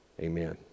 Amen